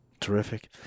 Terrific